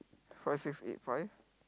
five six eight five